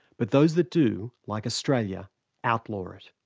but those that do like australia outlaw it.